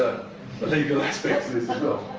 legal aspect to this